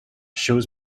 shows